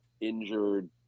injured